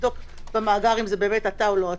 ולבדוק במאגר אם זה באמת אתה או לא.